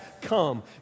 come